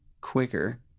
quicker